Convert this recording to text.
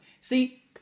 See